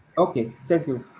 okay, thank you.